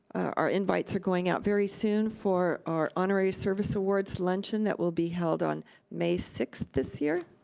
our invites are going our very soon for our honorary service awards luncheon that will be held on may sixth, this year.